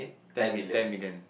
ten mill~ ten million